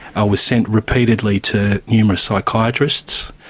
i was sent repeatedly to numerous psychiatrists,